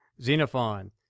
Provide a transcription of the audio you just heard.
Xenophon